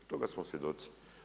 Toga smo svjedoci.